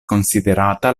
konsiderata